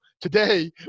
today